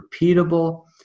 repeatable